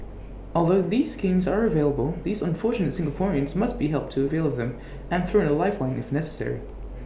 although this schemes are available these unfortunate Singaporeans must be helped to avail of them and thrown A life phone if necessary